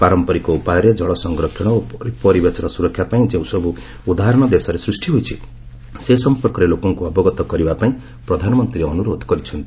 ପାରମ୍ପରିକ ଉପାୟରେ ଜଳ ସଂରକ୍ଷଣ ଓ ପରିବେଶର ସ୍ୱରକ୍ଷା ପାଇଁ ଯେଉଁସବ୍ର ଉଦାହରଣ ଦେଶରେ ସୃଷ୍ଟି ହୋଇଛି ସେ ସମ୍ପର୍କରେ ଲୋକଙ୍କୁ ଅବଗତ କରିବାପାଇଁ ପ୍ରଧାନମନ୍ତ୍ରୀ ଅନୁରୋଧ କରିଛନ୍ତି